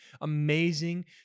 amazing